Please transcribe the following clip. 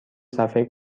صفحه